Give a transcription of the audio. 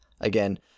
Again